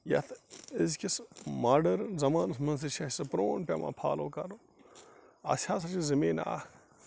یتھ أزۍکِس ماڈٲرن زمانس منٛز تہِ چھِ اَسہِ پرٛون پیٚون فالوٗ کرُن اَسہِ ہسا چھِ زمیٖنا اکھ